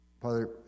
Father